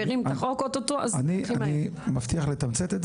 אני מבטיח לתמצת.